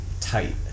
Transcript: tight